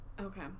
okay